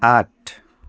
आठ